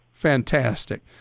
Fantastic